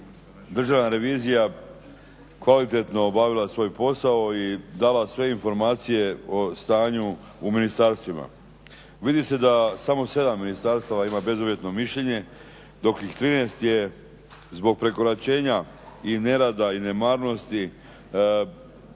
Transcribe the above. Državna revizija kvalitetno obavila svoj posao i dala sve informacije o stanju u ministarstvima. Vidi se da samo 7 ministarstava ima bezuvjetno mišljenje dok ih 13 je zbog prekoračenja i nerada i nemarnosti učinilo